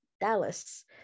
Dallas